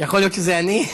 יכול להיות שזה אני?